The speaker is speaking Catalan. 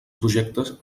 projectes